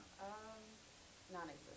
Non-existent